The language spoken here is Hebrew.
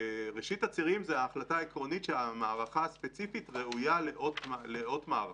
ההחלטה העקרונית אומרת שהמערכת הספציפית ראויה לאות מערכה.